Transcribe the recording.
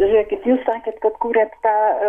žiūrėkit jūs sakėt kad kūrėt tą